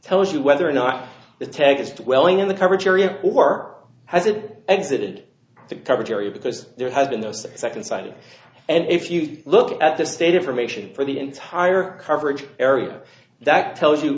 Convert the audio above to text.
tells you whether or not the test welling in the coverage area or has it exited the coverage area because there has been those second sighting and if you look at the state information for the entire coverage area that tells you